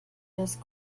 das